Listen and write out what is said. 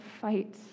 fight